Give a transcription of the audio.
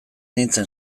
nintzen